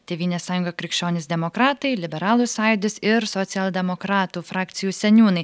tėvynės sąjunga krikščionys demokratai liberalų sąjūdis ir socialdemokratų frakcijų seniūnai